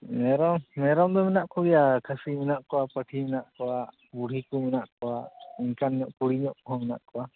ᱢᱮᱨᱚᱢ ᱢᱮᱨᱚᱢ ᱫᱚ ᱢᱮᱱᱟᱜ ᱠᱚᱜᱮᱭᱟ ᱠᱷᱟᱹᱥᱤ ᱢᱮᱱᱟᱜ ᱠᱚᱣᱟ ᱯᱟᱹᱴᱷᱤ ᱢᱮᱱᱟᱜ ᱠᱚᱣᱟ ᱵᱩᱲᱦᱤ ᱠᱚ ᱢᱮᱱᱟᱜ ᱠᱚᱣᱟ ᱤᱱᱠᱟᱱ ᱧᱚᱜ ᱠᱩᱲᱤ ᱧᱚᱜ ᱠᱚᱦᱚᱸ ᱢᱮᱱᱟᱜ ᱠᱚᱣᱟ